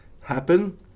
happen